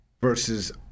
versus